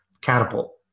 catapult